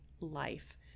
life